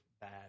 bad